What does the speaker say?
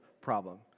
problem